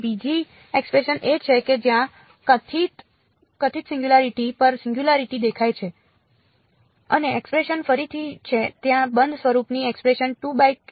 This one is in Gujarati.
બીજી એક્સપ્રેશન એ છે કે જ્યાં કથિત સિંગયુંલારીટી પર સિંગયુંલારીટી દેખાય છે અને એક્સપ્રેશન ફરીથી છે ત્યાં બંધ સ્વરૂપની એક્સપ્રેશન છે